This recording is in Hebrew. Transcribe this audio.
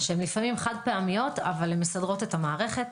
שהן לפעמים חד פעמיות אבל הן מסדרות את המערכת.